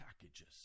packages